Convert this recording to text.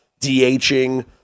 DHing